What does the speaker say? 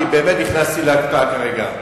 כי באמת נכנסתי להקפאה כרגע.